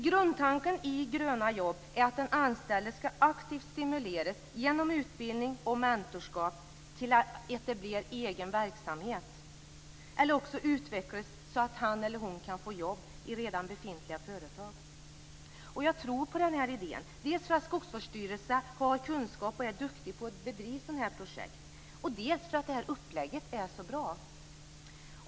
Grundtanken i Gröna jobb är att den anställde aktivt ska stimuleras genom utbildning och mentorskap till att etablera egen verksamhet eller utvecklas så att han eller hon kan få jobb i redan befintliga företag. Jag tror på den här idén, dels för att Skogsvårdsstyrelsen har kunskaper och är duktiga på att bedriva sådana här projekt, dels för att det upplägget är så bra.